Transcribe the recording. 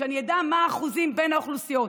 שאני אדע מה האחוזים בין האוכלוסיות.